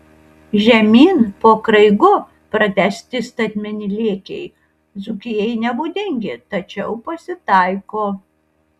žemyn po kraigu pratęsti statmeni lėkiai dzūkijai nebūdingi tačiau pasitaiko